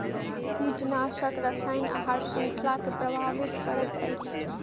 कीटनाशक रसायन आहार श्रृंखला के प्रभावित करैत अछि